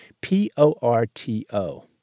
P-O-R-T-O